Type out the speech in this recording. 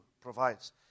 Provides